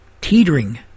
Teetering